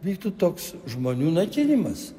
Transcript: būtų toks žmonių naikinimas